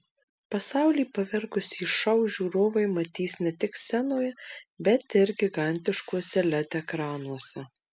pasaulį pavergusį šou žiūrovai matys ne tik scenoje bet ir gigantiškuose led ekranuose